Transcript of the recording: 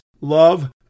love